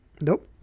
Nope